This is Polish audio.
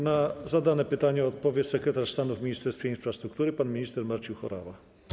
Na zadane pytania odpowie sekretarz stanu w Ministerstwie Infrastruktury pan minister Marcin Horała.